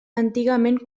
antigament